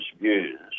views